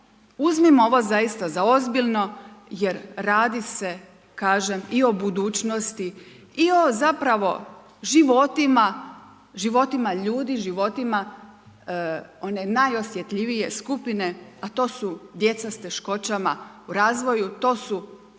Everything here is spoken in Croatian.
Uzmimo ovo zaista za ozbiljno jer radi se kažem i o budućnosti i o zapravo životima, životima ljudi, životima one najosjetljivije skupine a to su djeca s teškoćama u razvoju, to su